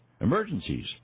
emergencies